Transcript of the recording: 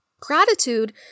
Gratitude